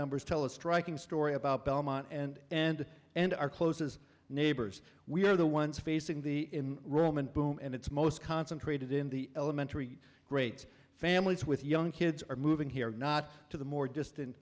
numbers tell a striking story about belmont and and and our closes neighbors we are the ones facing the room and boom and it's most concentrated in the elementary grades families with young kids are moving here not to the more distant